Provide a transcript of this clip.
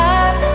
up